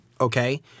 okay